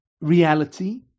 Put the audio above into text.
reality